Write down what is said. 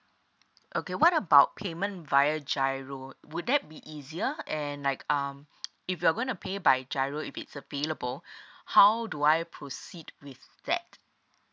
okay what about payment via giro would that be easier and like um if you're gonna pay by giro if it's available how do I proceed with that